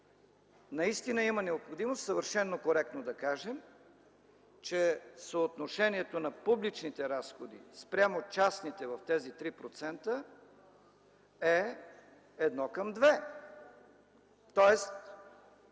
Наистина има необходимост съвършено коректно да кажем, че съотношението на публичните разходи спрямо частните в тези 3% е 1:2.